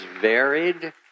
varied